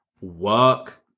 work